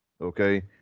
Okay